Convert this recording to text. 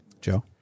Joe